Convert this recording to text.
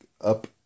up